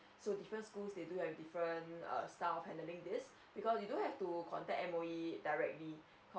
so different school they do have err style handling this because you do have to contact M_O_E directly